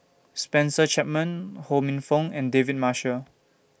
Spencer Chapman Ho Minfong and David Marshall